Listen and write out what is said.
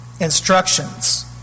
instructions